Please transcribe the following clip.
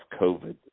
COVID